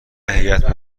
هیات